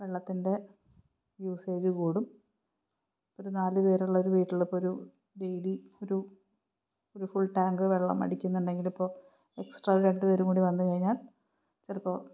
വെള്ളത്തിൻ്റെ യൂസേജ് കൂടും ഒരു നാല് പേരുള്ളൊരു വീട്ടിലിപ്പോള് ഒരു ഡെയിലി ഒരു ഒരു ഫുൾ ടാങ്ക് വെള്ളം അടിക്കുന്നുണ്ടെങ്കില് ഇപ്പോള് എക്സ്ട്രാ രണ്ട് പേരും കൂടി വന്നുകഴിഞ്ഞാൽ ചിലപ്പോള്